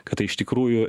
kad tai iš tikrųjų